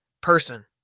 person